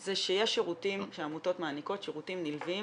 זה שיש שירותים שהעמותות מעניקות, שירותים נלווים